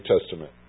Testament